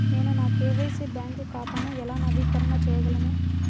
నేను నా KYC bank ఖాతాను ఎలా నవీకరణ చేయగలను?